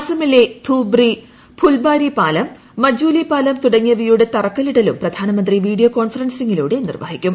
അസമിലെ ധൂബ്രി ഫുൽബാരി പാലം മജൂലി ഷ്ട്ലൂം തുടങ്ങിയവയുടെ തറക്കല്ലിടലും പ്രധാനമന്ത്രി വീഡ്ടിയിൽ കോൺഫറൻസിങ്ങിലൂടെ നിർവ്വഹിക്കും